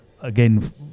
again